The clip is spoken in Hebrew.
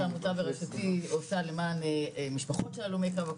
העמותה בראשותי עושה למען משפחות של הלומי קרב,